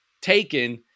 taken